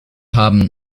haben